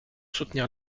soutenir